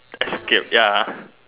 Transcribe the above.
escape ya